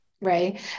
right